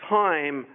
time